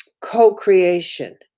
co-creation